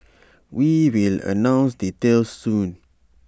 we will announce details soon